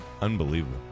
Unbelievable